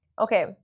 Okay